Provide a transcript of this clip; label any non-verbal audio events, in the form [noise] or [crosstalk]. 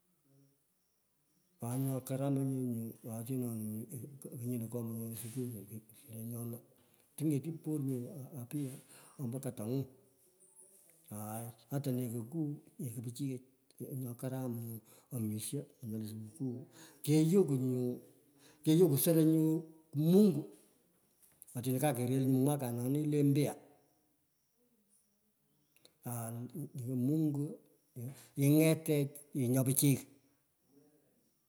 Aaai nyo karamach nyu kwa ochina ye nyoo. ku nyino meng'enyi skuisi kulenyona tungeti por nyu afta omoo katangu. Aaa ata neeko ku aku pichiyech, nyo karam nyu omisho. [unintelligible] Keyokwu nyu • keyokwu soro nyuu mungu, otino. Kakerel nyu mwaka noni le. mpya aku [hesitation] mungu inyetech inyo pichiyi